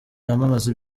yamamaza